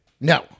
No